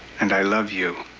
and i love you.